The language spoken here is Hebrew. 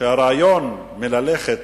שהרעיון ללכת